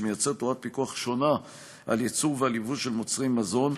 שמייצר תורת פיקוח שונה על ייצור ועל ייבוא של מוצרי מזון,